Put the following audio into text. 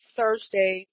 Thursday